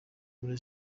muri